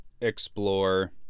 explore